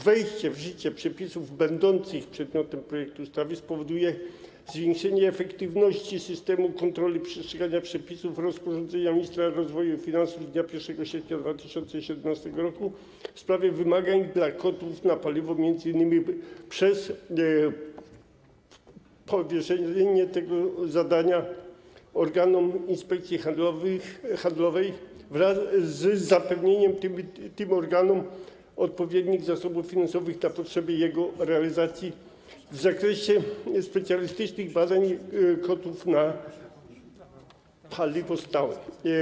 Wejście w życie przepisów będących przedmiotem ustawy spowoduje zwiększenie efektywności systemu kontroli przestrzegania przepisów rozporządzenia ministra rozwoju i finansów z dnia 1 sierpnia 2017 r. w sprawie wymagań dla kotłów na paliwo, m.in. przez powierzenie tego zadania organom Inspekcji Handlowej wraz z zapewnieniem tym organom odpowiednich zasobów finansowych na potrzeby jego realizacji w zakresie specjalistycznych badań kotłów na paliwo stałe.